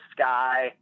sky